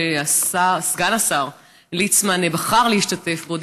שסגן השר ליצמן בחר להשתתף בו,